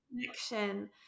connection